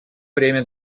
время